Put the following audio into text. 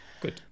Good